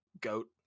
goat